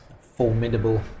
formidable